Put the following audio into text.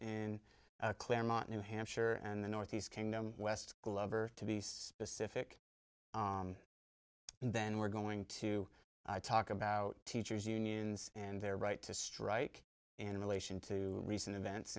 in claremont new hampshire and the northeast kingdom west glover to be specific and then we're going to talk about teachers unions and their right to strike in relation to recent events